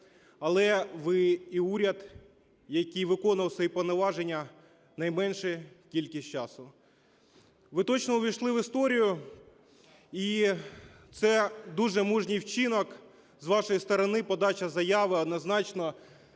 Але ви і уряд, який виконував свої повноваження найменшу кількість часу. Ви точно увійшли в історію, і це дуже мужній вчинок з вашої сторони – подача заяви, однозначно.